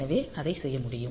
எனவே அதை செய்ய முடியும்